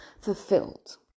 fulfilled